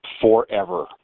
forever